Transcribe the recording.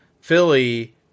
Philly